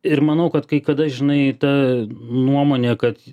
ir manau kad kai kada žinai ta nuomonė kad